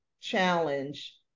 challenge